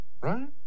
right